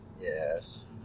Yes